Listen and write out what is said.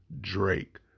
Drake